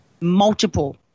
Multiple